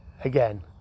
again